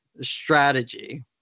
strategy